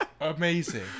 Amazing